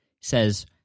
says